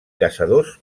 caçadors